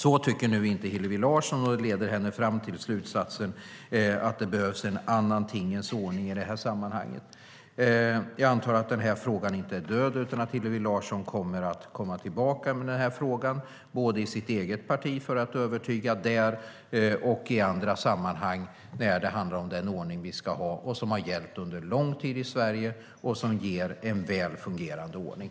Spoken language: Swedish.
Så tycker inte Hillevi Larsson, och det leder henne fram till slutsatsen att det behövs en annan tingens ordning i sammanhanget. Jag antar att frågan inte är död utan att Hillevi Larsson kommer att komma tillbaka med den, både i sitt eget parti för att övertyga där och i andra sammanhang när det handlar om vilken ordning vi ska ha. Den ordning vi har nu har gällt under lång tid i Sverige och ger en väl fungerande ordning.